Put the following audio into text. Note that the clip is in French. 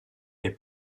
est